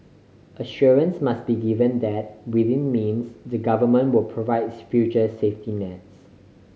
assurance must be given that within means the Government will provides future safety nets